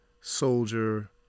soldier